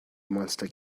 monster